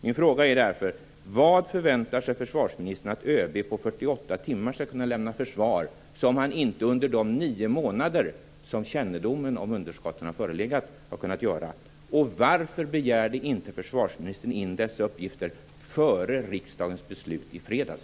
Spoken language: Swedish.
Min fråga är därför: Vad förväntar sig försvarsministern att ÖB på 48 timmar skall kunna lämna för svar som han inte, under de nio månader som kännedom om underskotten har förelegat, har kunnat lämna? Och varför begärde försvarsministern inte in dessa uppgifter före riksdagens beslut i fredags?